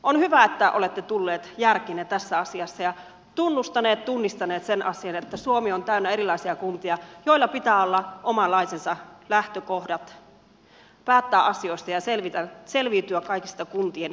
on hyvä että olette tulleet järkiinne tässä asiassa ja tunnustaneet tunnistaneet sen että suomi on täynnä erilaisia kuntia joilla pitää olla omanlaisensa lähtökohdat päättää asioista ja selviytyä kaikista kuntien tehtävistä